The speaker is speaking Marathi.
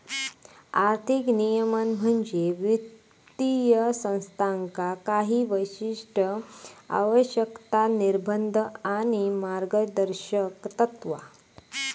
आर्थिक नियमन म्हणजे वित्तीय संस्थांका काही विशिष्ट आवश्यकता, निर्बंध आणि मार्गदर्शक तत्त्वा